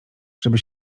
żeby